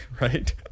right